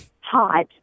hot